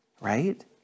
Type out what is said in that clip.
right